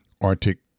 Arctic